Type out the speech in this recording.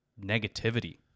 negativity